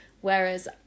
Whereas